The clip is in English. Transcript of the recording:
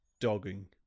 Dogging